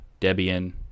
Debian